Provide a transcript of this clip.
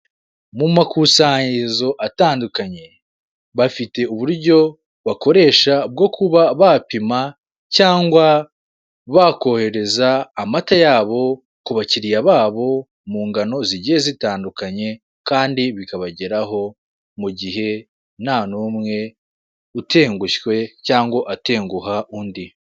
Mu makusanyirizo atandukanye bafite uburyo bakoresha bwo kuba bapima cyangwa bakohereza amata yabo ku bakiriya babo mu ngano zigiye zitandukanye kandi bikabageraho mu gihe nta n'umwe utengushywe cyangwa atenguha undi.